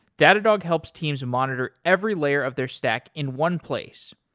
datadog helps teams monitor every layer of their stack in one place.